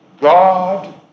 God